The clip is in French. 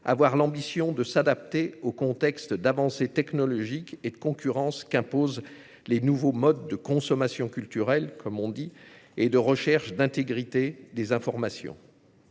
avoir l'ambition de s'adapter au contexte d'avancées technologiques et de concurrence qu'imposent les nouveaux modes de « consommation culturelle », comme on les appelle, et de recherche d'intégrité des informations.